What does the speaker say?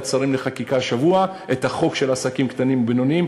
השרים לחקיקה את החוק של עסקים קטנים ובינוניים,